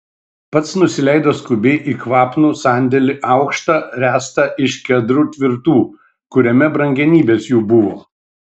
pats nusileido skubiai į kvapnų sandėlį aukštą ręstą iš kedrų tvirtų kuriame brangenybės jų buvo